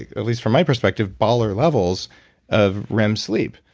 at least from my perspective baller levels of rem sleep.